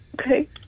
Okay